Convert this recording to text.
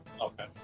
Okay